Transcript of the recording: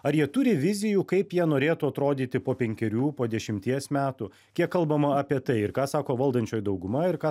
ar jie turi vizijų kaip jie norėtų atrodyti po penkerių po dešimties metų kiek kalbama apie tai ir ką sako valdančioji dauguma ir ką